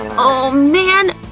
oh man,